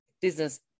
business